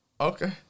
Okay